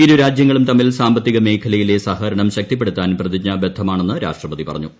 ഇരുരാജ്യങ്ങളും തമ്മിൽ സാമ്പത്തികമേഖലയിലെ സഹകരണം ശക്തിപ്പെടുത്താൻ പ്രതിജ്ഞാബദ്ധമാണെന്ന് രാഷ്ട്രപതി പറഞ്ഞു